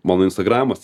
mano instagramas